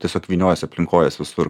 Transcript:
tiesiog vyniojasi aplink kojas visur